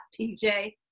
pj